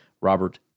Robert